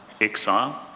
exile